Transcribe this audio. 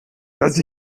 dass